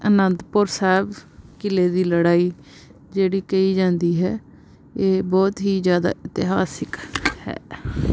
ਅਨੰਦਪੁਰ ਸਾਹਿਬ ਕਿਲ੍ਹੇ ਦੀ ਲੜਾਈ ਜਿਹੜੀ ਕਹੀ ਜਾਂਦੀ ਹੈ ਇਹ ਬਹੁਤ ਹੀ ਜ਼ਿਆਦਾ ਇਤਿਹਾਸਿਕ ਹੈ